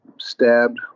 stabbed